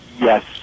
yes